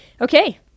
Okay